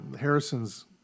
Harrison's